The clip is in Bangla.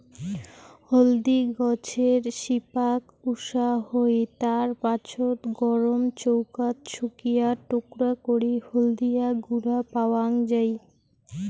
হলদি গছের শিপাক উষা হই, তার পাছত গরম চৌকাত শুকিয়া টুকরা করি হলদিয়া গুঁড়া পাওয়াং যাই